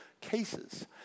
cases